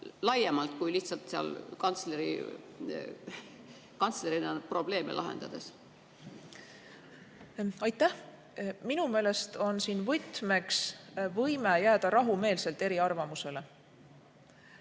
laiemalt, kui lihtsalt kantslerina probleeme lahendades? Aitäh! Minu meelest on siin võtmeks võime jääda rahumeelselt eriarvamusele.